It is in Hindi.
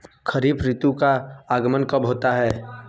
खरीफ ऋतु का आगमन कब होता है?